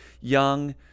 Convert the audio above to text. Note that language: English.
young